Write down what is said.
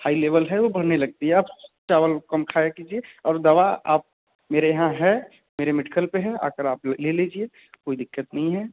high level है वह बढ़ने लगता है आप चावल कम खाया कीजिए और दवा आप मेरे यहाँ है मेरे मेडकल पर है आकर आप ले लीजिए कोई दिक़्क़त नहीं है